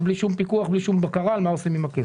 פינדרוס, מה הייתה הרוויזיה?